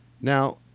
Now